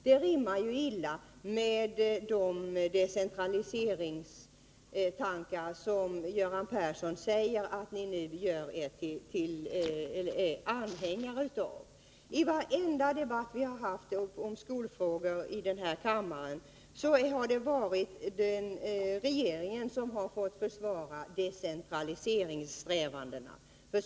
Det rimmar illa med de decentraliseringstankar som Göran Persson säger att socialdemokraterna är anhängare av. I varje debatt vi har haft om skolfrågor i denna kammare har det varit regeringen som har försvarat decentraliseringssträvandena.